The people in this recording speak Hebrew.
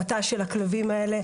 המתה של הכלבים האלה,